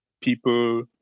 people